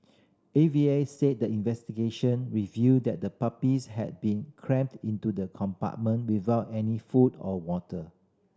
A V A said the investigation revealed that the puppies had been crammed into the compartment without any food or water